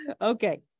okay